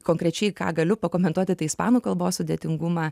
konkrečiai ką galiu pakomentuoti tai ispanų kalbos sudėtingumą